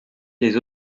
les